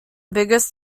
biggest